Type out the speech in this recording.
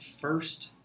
FIRST